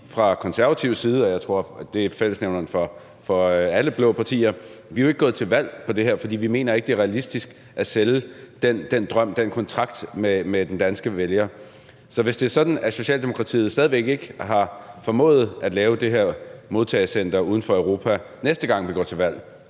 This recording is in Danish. fra Konservatives side – og jeg tror også, det er fællesnævneren for alle blå partier – ikke er gået til valg på det her, fordi vi ikke mener, det er realistisk at sælge den drøm, den kontrakt med den danske vælger. Så hvis det er sådan, at Socialdemokratiet stadig væk ikke har formået at lave det her modtagecenter uden for Europa, næste gang vi går valg,